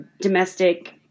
domestic